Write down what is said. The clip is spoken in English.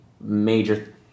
major